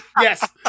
yes